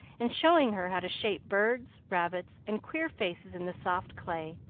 and showing her how to shape birds, rabbits, and queer faces in the soft clay,